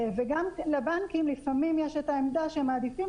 וגם לבנקים לפעמים יש עמדה שהם מעדיפים